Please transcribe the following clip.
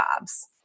jobs